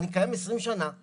אני קיים 20 שנה,